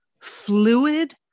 fluid